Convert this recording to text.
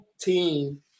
team